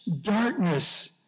darkness